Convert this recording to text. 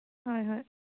ꯍꯣꯏ ꯍꯣꯏ